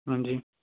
ਹਾਂਜੀ